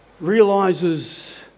realizes